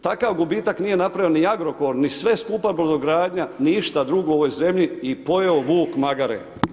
Takav gubitak nije napravio ni Agrokor, ni sve skupa brodogradnja, ništa drugo u ovoj zemlji i pojeo vuk magare.